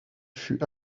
fut